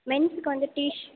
மென்ஸுக்கு வந்து டீஷ்